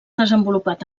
desenvolupat